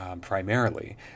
primarily